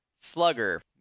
Slugger